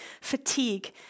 fatigue